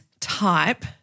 type